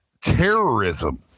terrorism